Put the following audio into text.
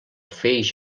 feix